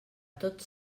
tots